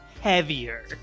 heavier